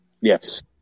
Yes